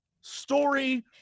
story